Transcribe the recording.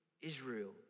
Israel